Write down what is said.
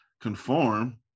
conform